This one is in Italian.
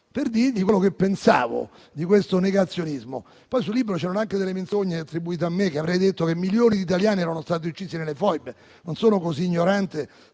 per dire loro quello che pensavo di quel negazionismo. Poi sul libro c'erano anche delle menzogne attribuite a me, che avrei detto che milioni di italiani erano stati uccisi nelle foibe. Non sono così ignorante